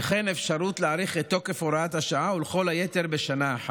וכן יש אפשרות להאריך את תוקף הוראת השעה לכל היותר בשנה אחת.